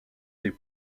des